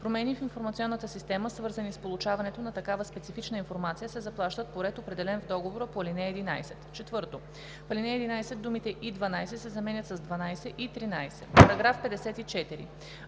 Промени в информационната система, свързани с получаването на такава специфична информация, се заплащат по ред, определен с договора по ал. 11.“ 4. В ал. 11 думите „и 12“ се заменят с „12 и 13“. § 54.